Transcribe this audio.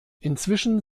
inzwischen